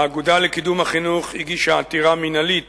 האגודה לקידום החינוך הגישה עתירה מינהלית